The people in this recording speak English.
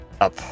up